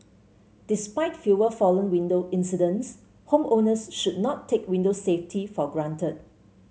despite fewer fallen window incidents homeowners should not take window safety for granted